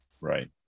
Right